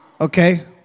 Okay